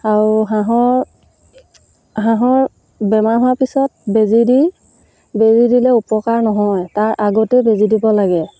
আৰু হাঁহৰ হাঁহৰ বেমাৰ হোৱাৰ পিছত বেজী দি বেজী দিলে উপকাৰ নহয় তাৰ আগতেই বেজী দিব লাগে